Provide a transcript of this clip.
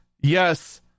yes